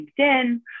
LinkedIn